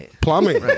Plumbing